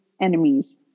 enemies